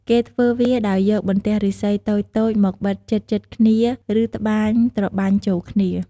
គេធ្វើវាដោយយកបន្ទះឫស្សីតូចៗមកបិទជិតៗគ្នា ឬត្បាញត្របាញ់ចូលគ្នា។